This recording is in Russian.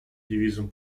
девизом